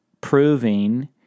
proving